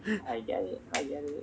I